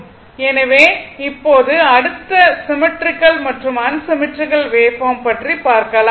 எனவே இப்போது அடுத்து சிம்மெட்ரிக்கல் மற்றும் அன் சிம்மெட்ரிக்கல் வேவ்பார்ம்ஸ் பற்றி பார்க்கலாம்